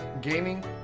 gaming